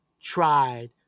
tried